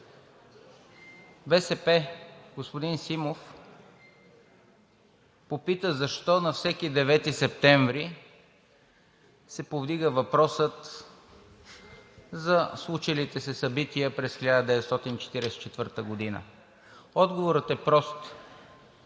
БСП, господин Симов, попита: защо на всеки 9 септември се повдига въпросът за случилите се събития през 1944 г.? Отговорът е прост,